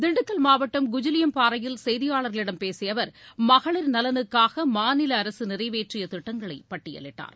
திண்டுக்கல் மாவட்டம் குஜிலியம்பாறையில் செய்தியாளர்களிடம் பேசிய அவர் மகளிர் நலனுக்காக மாநில அரசு நிறைவேற்றிய திட்டங்களைப் பட்டியலிட்டார்